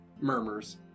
Murmurs